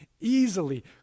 easily